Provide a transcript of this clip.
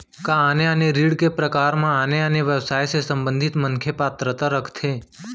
का आने आने ऋण के प्रकार म आने आने व्यवसाय से संबंधित मनखे पात्रता रखथे?